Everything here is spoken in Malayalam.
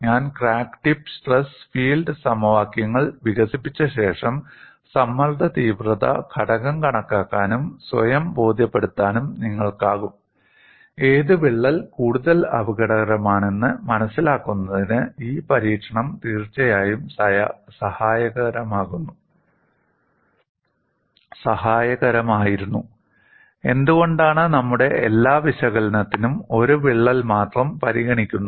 ഞാൻ ക്രാക്ക് ടിപ്പ് സ്ട്രെസ് ഫീൽഡ് സമവാക്യങ്ങൾ വികസിപ്പിച്ച ശേഷം സമ്മർദ്ദ തീവ്രത ഘടകം കണക്കാക്കാനും സ്വയം ബോധ്യപ്പെടുത്താനും നിങ്ങൾക്കാകും ഏത് വിള്ളൽ കൂടുതൽ അപകടകരമാണെന്ന് മനസിലാക്കുന്നതിന് ഈ പരീക്ഷണം തീർച്ചയായും സഹായകരമായിരുന്നു എന്തുകൊണ്ടാണ് നമ്മുടെ എല്ലാ വിശകലനത്തിനും ഒരു വിള്ളൽ മാത്രം പരിഗണിക്കുന്നത്